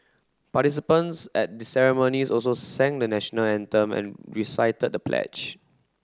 participants at the ceremonies also sang the National Anthem and recited the pledge